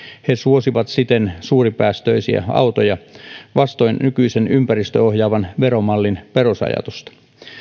he suosivat siten suuripäästöisiä autoja vastoin nykyisen ympäristöohjaavan veromallin perusajatusta